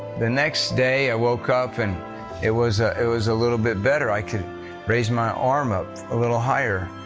the next day i woke up and it was ah it was a little bit better. i could raise my arm up a little higher.